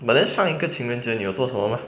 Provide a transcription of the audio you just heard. but then 上一个情人节你有做什么 mah